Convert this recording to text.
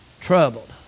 troubled